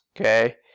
Okay